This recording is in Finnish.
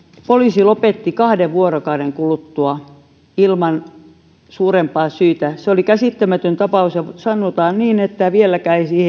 poliisi lopetti kahden vuorokauden kuluttua ilman suurempaa syytä se oli käsittämätön tapaus sanotaan niin että vieläkään